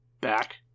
back